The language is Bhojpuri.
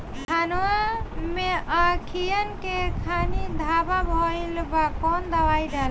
धनवा मै अखियन के खानि धबा भयीलबा कौन दवाई डाले?